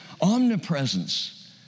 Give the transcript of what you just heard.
omnipresence